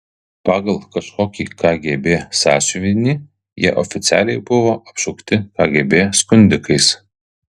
pagal kažkokį kgb sąsiuvinį jie oficialiai buvo apšaukti kgb skundikais